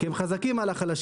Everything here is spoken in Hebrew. כי הם חזקים על החלשים,